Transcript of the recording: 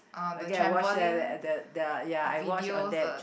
okay I watched that that there are ya I watched on that